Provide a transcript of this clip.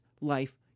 life